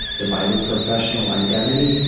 divided professional identity,